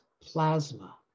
plasma